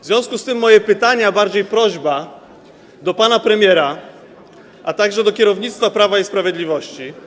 W związku z tym mam pytanie, bardziej prośbę, do pana premiera, a także do kierownictwa Prawa i Sprawiedliwości.